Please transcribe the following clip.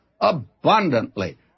abundantly